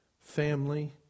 family